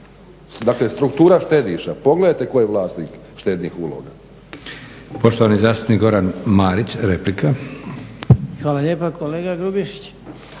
Dakle, struktura štediša, pogledajte tko je vlasnik štednih uloga.